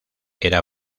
era